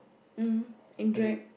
um and drag